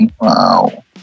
wow